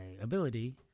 ability